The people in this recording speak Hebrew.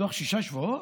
בתוך שישה שבועות?